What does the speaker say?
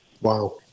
Wow